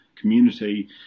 community